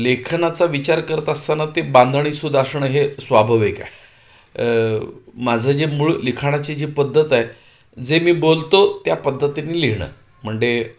लेखनाचा विचार करत असताना ते बांधणीसूद असणं हे स्वाभविक आहे माझं जे मूळ लिखाणाची जी पद्धत आहे जे मी बोलतो त्या पद्धतीने लिहिणं म्हणजे